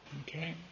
Okay